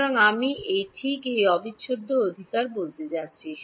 সুতরাং আমি এই ঠিক এই অবিচ্ছেদ্য অধিকার বলতে যাচ্ছি